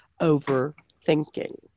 overthinking